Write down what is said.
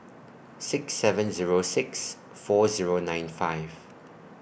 six seven Zero six four Zero nine five